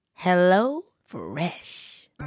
HelloFresh